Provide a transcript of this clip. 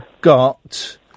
got